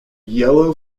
yellow